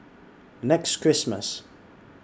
next Christmas